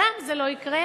שם זה לא יקרה.